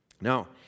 Now